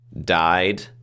died